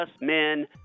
men